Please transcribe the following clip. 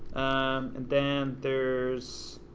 um and then there's,